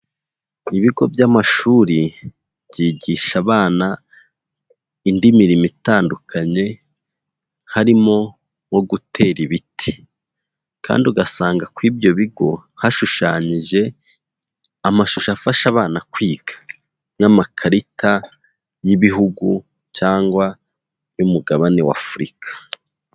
Ibigo by'amashuri byigisha abana indi mirimo itandukanye, harimo nko gutera ibiti kandi ugasanga kuri ibyo bigo hashushanyije amashusho afasha abana kwiga nk'amakarita y'ibihugu cyangwa y'umugabane w'Afurika.